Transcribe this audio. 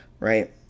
right